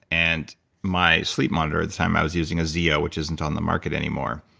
and my sleep monitor, at the time i was using a zo, which isn't on the market anymore,